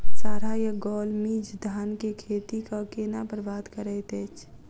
साढ़ा या गौल मीज धान केँ खेती कऽ केना बरबाद करैत अछि?